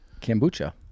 Kombucha